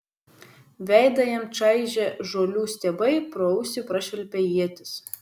veidą jam čaižė žolių stiebai pro ausį prašvilpė ietis